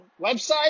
website